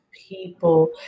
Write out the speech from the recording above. people